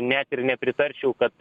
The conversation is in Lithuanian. net ir nepritarčiau kad